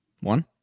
One